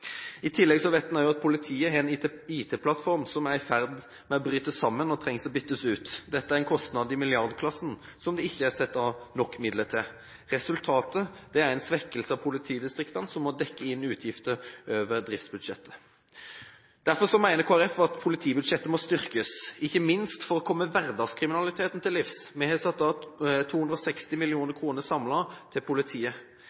I tillegg vet en også at politiet har en IT-plattform som er i ferd med å bryte sammen, og trengs å byttes ut. Det er en kostnad i milliardklassen som det ikke er satt av nok midler til. Resultatet er en svekkelse av politidistriktene, som må dekke inn utgifter over driftsbudsjettet. Derfor mener Kristelig Folkeparti at politibudsjettet må styrkes, ikke minst for å komme hverdagskriminaliteten til livs. Vi har satt av 260